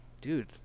dude